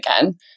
again